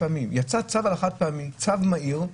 יצא צו על החד הפעמי, צו מהיר,